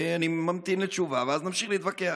ואני ממתין לתשובה, ואז נמשיך להתווכח.